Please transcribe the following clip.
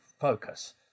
focus